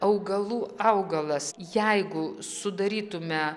augalų augalas jeigu sudarytume